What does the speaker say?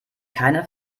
keine